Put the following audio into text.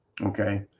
Okay